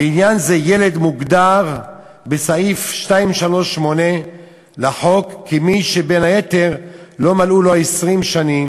"לעניין זה ילד מוגדר בסעיף 238 לחוק כמי שבין היתר לא מלאו לו 20 שנים